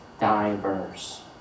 diverse